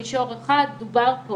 מישור אחד דובר פה,